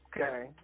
okay